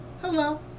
hello